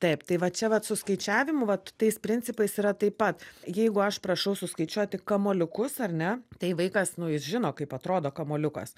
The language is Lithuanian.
taip tai va čia vat su skaičiavimu vat tais principais yra taip pat jeigu aš prašau suskaičiuoti kamuoliukus ar ne tai vaikas nu jis žino kaip atrodo kamuoliukas